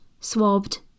swabbed